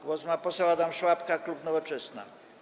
Głos ma poseł Adam Szłapka, klub Nowoczesna.